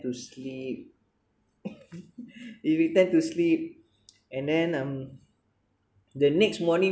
to sleep we pretend to sleep and then um the next morning